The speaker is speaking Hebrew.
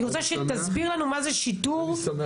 אני רוצה שתסביר לנו מה זה שיטור מועצתי.